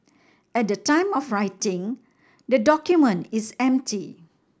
at the time of writing the document is empty